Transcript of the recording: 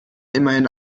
immerhin